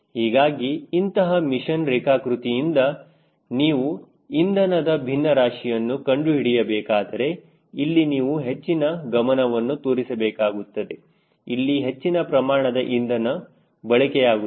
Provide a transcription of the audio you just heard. ಹೀಗಾಗಿ ಇಂತಹ ಮಿಷನ್ ರೇಖಾಕೃತಿಯಿಂದ ನೀವು ಇಂಧನದ ಭಿನ್ನರಾಶಿಯನ್ನು ಕಂಡು ಹಿಡಿಯಬೇಕಾದರೆ ಇಲ್ಲಿ ನೀವು ಹೆಚ್ಚಿನ ಗಮನವನ್ನು ತೋರಿಸಬೇಕಾಗುತ್ತದೆ ಇಲ್ಲಿ ಹೆಚ್ಚಿನ ಪ್ರಮಾಣದ ಇಂಧನ ಬಳಕೆಯಾಗುತ್ತದೆ